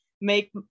make